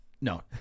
No